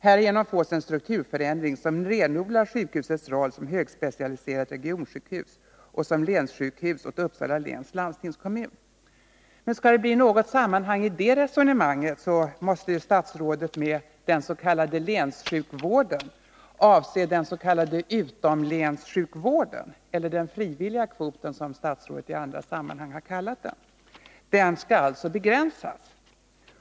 Härigenom fås en strukturförändring som renodlar sjukhusets roll som högspecialiserat regionsjukhus och som länssjukhus åt Uppsala läns landstingskommun.” Men skall det bli något sammanhang i det resonemanget, måste statsrådet med ”den s.k. länssjukvården” avse den s.k. utomlänssjukvården eller den frivilliga kvoten, som statsrådet i andra sammanhang har kallat den. Den skall alltså begränsas.